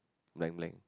blank blank